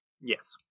Yes